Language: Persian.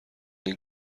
این